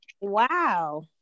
Wow